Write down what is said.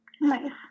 Nice